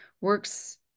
works